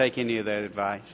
take any of that advice